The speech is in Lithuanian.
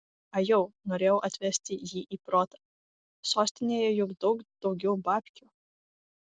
ajau norėjau atvesti jį į protą sostinėje juk daug daugiau babkių